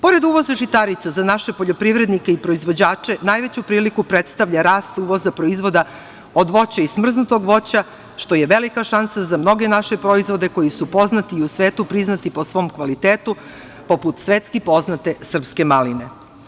Pored uvoza žitarica za naše poljoprivrednike i proizvođače najveću priliku predstavlja rast uvoza proizvoda od voća i smrznutog voća, što je velika šansa za mnoge naše proizvode koji su poznati i u svetu priznati po svom kvalitetu, poput svetski poznate srpske maline.